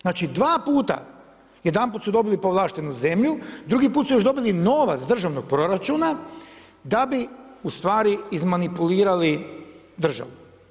Znači dva puta, jedanput su dobili povlaštenu zemlju, drugi put su još dobili novac iz državnog proračuna da bi ustvari izmanipulirali državu.